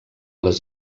les